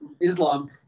Islam